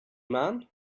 man